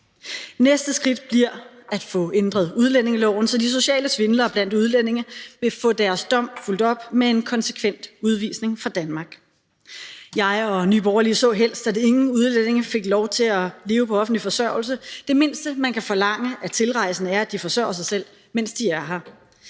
Næste skridt bliver at få ændret udlændingeloven, så de sociale svindlere blandt udlændinge vil få deres dom fulgt op af en konsekvent udvisning af Danmark. Jeg og Nye Borgerlige så helst, at ingen udlændinge fik lov til at leve på offentlig forsørgelse. Det mindste, man kan forlange af tilrejsende, er, at de forsørger sig selv, mens de er her.